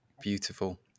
beautiful